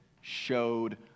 showed